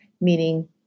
meaning